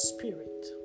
spirit